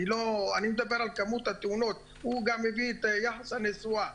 אני מדבר על הכמות הוא הביא גם את יחס הנסועה